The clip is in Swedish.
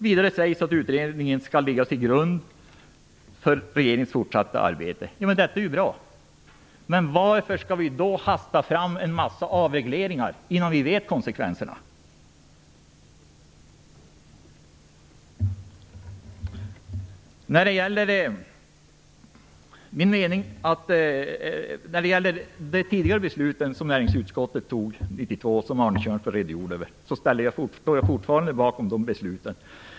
Vidare sägs att utredningen skall ligga till grund för regeringens fortsatta arbete. Detta är bra. Men varför skall vi då hasta fram en massa avregleringar innan vi vet vad konsekvenserna blir? Tidigare beslut som näringsutskottet tog 1992 och som Arne Kjörnsberg redogjorde för står jag fortfarande bakom.